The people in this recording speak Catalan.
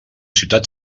ciutat